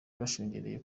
bashungereye